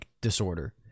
disorder